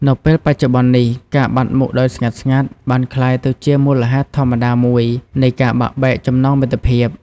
នៅពេលបច្ចុប្បន្ននេះ ការបាត់មុខដោយស្ងាត់ៗ បានក្លាយទៅជាមូលហេតុធម្មតាមួយនៃការបាក់បែកចំណងមិត្តភាព។